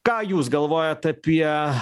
ką jūs galvojat apie